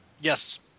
Yes